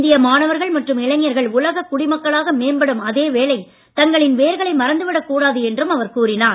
இந்திய மாணவர்கள் மற்றும் இளைஞர்கள் உலகக் குடிமக்களாக மேம்படும் அதே வேளை தங்களின் வேர்களை மறந்துவிடக் கூடாது என்றும் அவர் கூறினார்